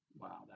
Wow